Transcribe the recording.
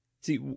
See